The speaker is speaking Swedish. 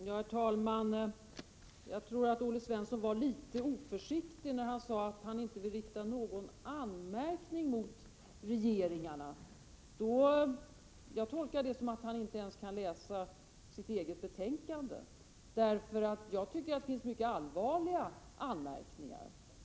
Herr talman! Jag tror att Olle Svensson var litet oförsiktig när han sade att haninte vill rikta någon anmärkning mot regeringarna. Jag tolkar det som att han inte ens kan läsa sitt eget betänkande, för jag tycker att det finns mycket allvarliga anmärkningar.